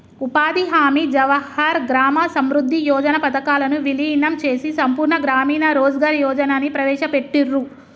ఉపాధి హామీ, జవహర్ గ్రామ సమృద్ధి యోజన పథకాలను వీలీనం చేసి సంపూర్ణ గ్రామీణ రోజ్గార్ యోజనని ప్రవేశపెట్టిర్రు